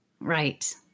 Right